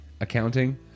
accounting